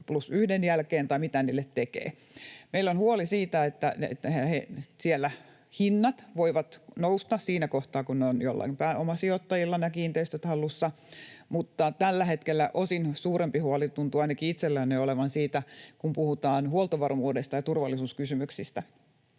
sen 3+1:n jälkeen tai mitä niille tekee. Meillä on huoli siitä, että siellä hinnat voivat nousta siinä kohtaa, kun ovat joillain pääomasijoittajilla nämä kiinteistöt hallussa, mutta tällä hetkellä osin suurempi huoli tuntuu ainakin itselläni olevan siitä, kun puhutaan huoltovarmuudesta ja turvallisuuskysymyksistä.